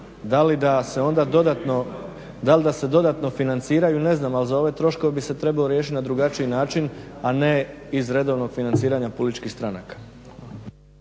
Da li da se onda dodatno financiraju, ne znam. Ali za ove troškove bi se trebao riješiti na drugačiji način, a ne iz redovnog financiranja političkih stranaka.